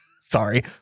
sorry